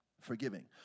forgiving